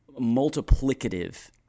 multiplicative